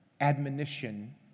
admonition